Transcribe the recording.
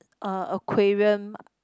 uh aquarium